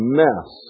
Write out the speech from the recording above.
mess